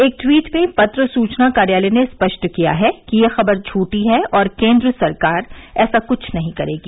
एक ट्वीट में पत्र सूचना कार्यालय ने स्पष्ट किया है कि यह खबर झूठी है और केंद्र सरकार ऐसा कुछ नहीं करेगी